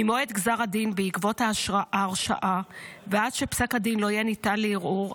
ממועד גזר הדין בעקבות ההרשעה ועד שפסק הדין לא יהיה ניתן לערעור,